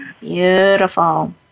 Beautiful